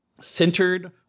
centered